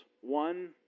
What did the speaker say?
one